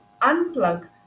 unplug